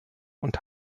und